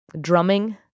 drumming